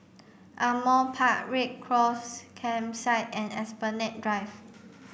Ardmore Park Red Cross Campsite and Esplanade Drive